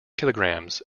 kilograms